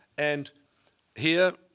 and here,